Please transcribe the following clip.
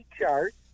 chart